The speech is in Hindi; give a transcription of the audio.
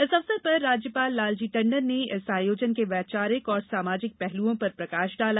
इस अवसर पर राज्यपाल लालजी टण्डन ने इस आयोजन के वैचारिक और सामाजिक पहलुओं पर प्रकाश डाला